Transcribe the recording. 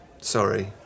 Sorry